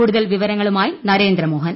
കൂടുതൽ വിവരങ്ങളുമായി നരേന്ദ്ര മോഹൻ